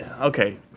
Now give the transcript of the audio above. okay